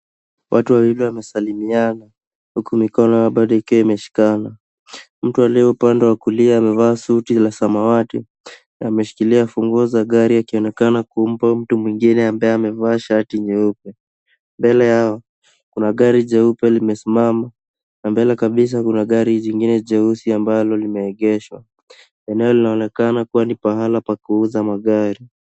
Watu wawili wamesalimiana huku mikono yao bado ikiwa imeshikana mtu aliye upande wa kulia amevaa suti la samawati na ameshikilia funguo za gari akionekana kumpa mtu mwingine ambaye amevaa shati nyeupe , mbele yao kuna gari jeupe limesimama na mbele kabisa kuna gari jingine jeusi ambalo limeegeshwa. Eneo linaonekana kuwa ni pahala pa kuuza magari.